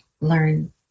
learn